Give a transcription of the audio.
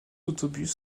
autobus